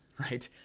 right?